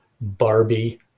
Barbie